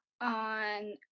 on